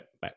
Bye